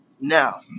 Now